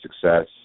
success